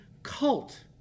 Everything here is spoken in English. cult